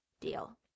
Deal